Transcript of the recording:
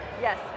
Yes